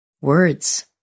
words